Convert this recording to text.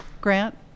Grant